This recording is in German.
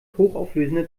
hochauflösende